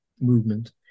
movement